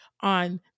on